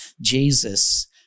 Jesus